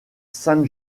sainte